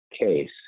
case